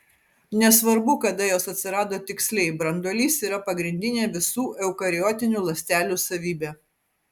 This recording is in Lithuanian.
nesvarbu kada jos atsirado tiksliai branduolys yra pagrindinė visų eukariotinių ląstelių savybė